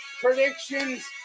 predictions